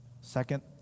Second